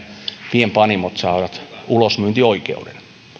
pienpanimot saavat ulosmyyntioikeuden